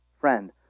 friend